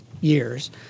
years